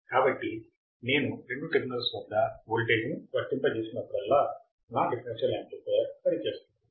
కాబట్టి నేను రెండు టెర్మినల్స్ వద్ద వోల్టేజ్ను వర్తింపజేసినప్పుడల్లా నా డిఫరెన్షియల్ యాంప్లిఫైయర్ పని చేస్తుంది